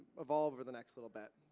evolve over the next little bit,